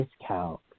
discount